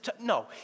No